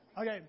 okay